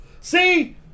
See